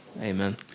amen